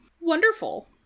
Wonderful